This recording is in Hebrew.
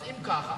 אם כך,